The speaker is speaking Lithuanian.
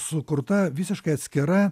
sukurta visiškai atskira